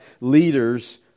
leaders